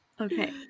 Okay